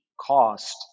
cost